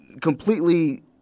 completely –